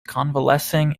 convalescing